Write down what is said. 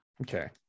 Okay